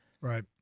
Right